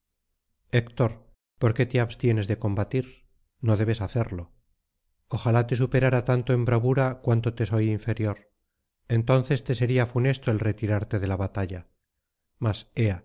por qué te abstienes de combatir no debes hacerlo ojalá te superara tanto en bravura cuanto te soy inferior entonces te sería funesto el retirarte de la batalla mas